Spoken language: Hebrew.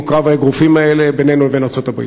קרב האגרופים הזה בינינו לבין ארצות-הברית.